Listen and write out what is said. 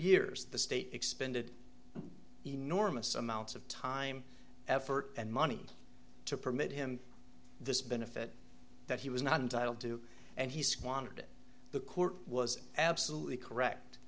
years the state expended enormous amounts of time effort and money to permit him this benefit that he was not entitled to and he squandered it the court was absolutely correct